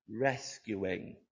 rescuing